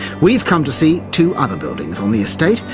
we've come to see two other buildings on the estate,